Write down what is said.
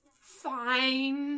fine